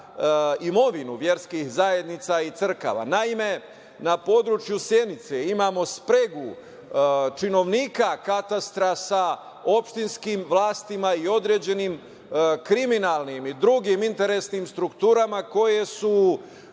imovinu verskih zajednica i crkava. Na području Senice imamo spregu činovnika katastra sa opštinskim vlastima i određenim kriminalnim i drugim interesnim strukturama koje su